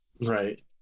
Right